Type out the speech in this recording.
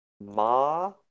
Ma